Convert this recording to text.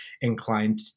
inclined